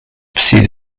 pursued